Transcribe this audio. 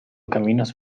caminos